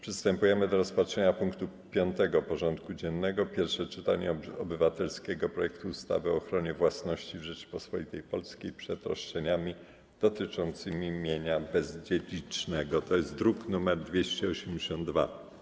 Przystępujemy do rozpatrzenia punktu 5. porządku dziennego: Pierwsze czytanie obywatelskiego projektu ustawy o ochronie własności w Rzeczypospolitej Polskiej przed roszczeniami dotyczącymi mienia bezdziedzicznego (druk nr 282)